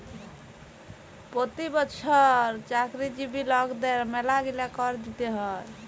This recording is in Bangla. পতি বচ্ছর চাকরিজীবি লকদের ম্যালাগিলা কর দিতে হ্যয়